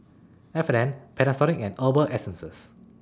F and N Panasonic and Herbal Essences